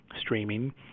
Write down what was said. streaming